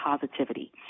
positivity